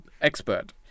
expert